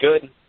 good